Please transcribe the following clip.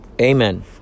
Amen